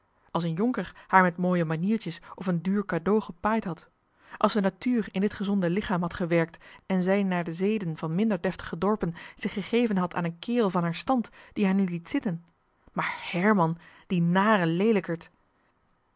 als een jonker haar met mooie maniertjes of een duur cadeau gepaaid had als de natuur in dit gezonde lichaam had gewerkt en zij naar de zeden van minder deftige dorpen zich gegeven had aan een kerel van haar stand die haar nu liet zitten maar herman die nare leelijkerd